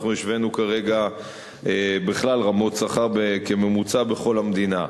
אנחנו השווינו כרגע בכלל רמות שכר כממוצע בכל המדינה.